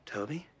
Toby